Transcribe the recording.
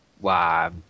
Wow